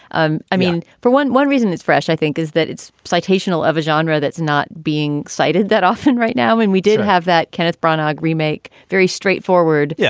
um i mean, for one one reason it's fresh, i think, is that it's citation, all of a genre that's not being cited that often right now. and we didn't have that kenneth branagh remake. very straightforward. yeah